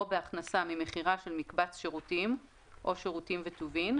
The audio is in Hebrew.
או בהכנסה ממכירה של מקבץ שירותים או שירותים וטובין,